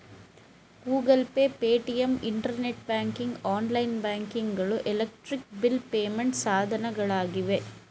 Google pay, Paytm, internet banking, online banking ಗಳು electric bill payment ಸಾಧನಗಳಾಗಿವೆ